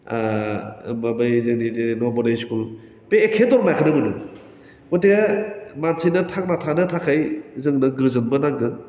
माबा बै जोंनिनो नभदय स्कुल बे एखे दरमाहाखौनो मोनो हथे मानसिनो थांना थानो थाखाय जोंनो गोजोनबो नांगोन